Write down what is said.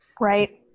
Right